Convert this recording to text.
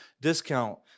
discount